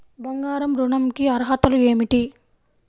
బంగారు ఋణం కి అర్హతలు ఏమిటీ?